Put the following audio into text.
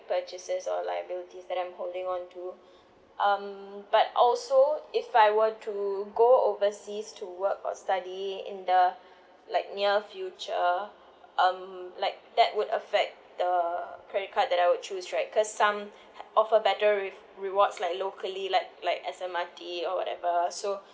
purchases or liabilities that I'm holding on to um but also so if I were to go overseas to work or study in the like near future um like that would affect the credit card that I'd choose right cause some offer better re~ rewards like locally like like S_M_R_T or whatever so